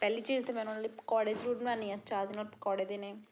ਪਹਿਲੀ ਚੀਜ਼ ਤਾਂ ਮੈਂ ਉਹਨਾਂ ਲਈ ਪਕੌੜੇ ਜ਼ਰੂਰ ਬਣਾਉਂਦੀ ਹਾਂ ਚਾਹ ਦੇ ਨਾਲ ਪਕੌੜੇ ਦੇਣੇ